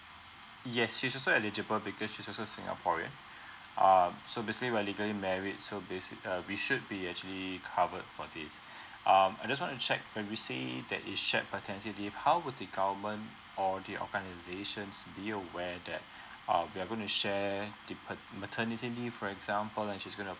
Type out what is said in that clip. uh yes she's also eligible because she's also singaporean err so basically we're legally married so basic uh we should be actually covered for these um I just want to check when we see that is shared paternity leave how would the government or the organisations be aware that uh we are gonna share the pa~ maternity leave for example and she's going to